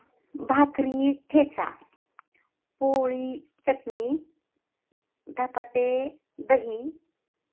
भाकरी ठेचा पोळी चटणी धपाटे दही